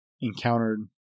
encountered